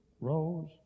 rose